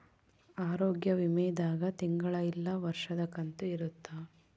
ಆರೋಗ್ಯ ವಿಮೆ ದಾಗ ತಿಂಗಳ ಇಲ್ಲ ವರ್ಷದ ಕಂತು ಇರುತ್ತ